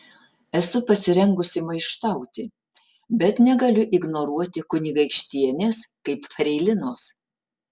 esu pasirengusi maištauti bet negaliu ignoruoti kunigaikštienės kaip freilinos